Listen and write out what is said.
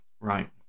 Right